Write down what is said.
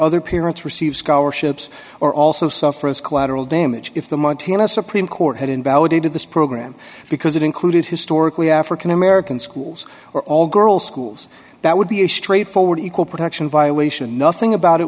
other parents received scholarships or also suffer as collateral damage if the montana supreme court had invalidated this program because it included historically african american schools or all girls schools that would be a straightforward equal protection violation nothing about it